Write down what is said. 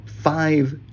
five